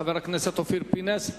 חבר הכנסת אופיר פינס,